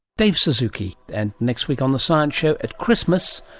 david suzuki. and next week on the science show at christmas,